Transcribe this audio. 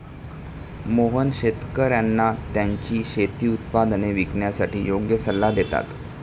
मोहन शेतकर्यांना त्यांची शेती उत्पादने विकण्यासाठी योग्य सल्ला देतात